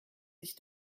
sich